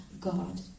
God